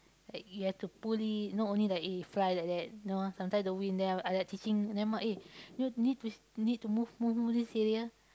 like you have to pull it not only like eh fly like that no ah sometimes the wind then I I like teaching them eh you need need to move move this area